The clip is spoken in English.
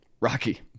Rocky